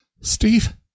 Steve